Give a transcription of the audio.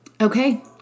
Okay